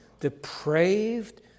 depraved